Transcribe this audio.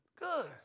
Good